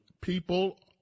People